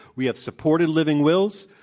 we have supported living wills.